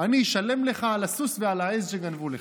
אני אשלם לך על הסוס ועל העז שגנבו לך.